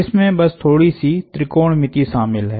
इसमें बस थोड़ी सी त्रिकोणमिति शामिल है